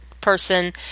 person